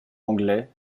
anglais